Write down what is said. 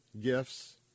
gifts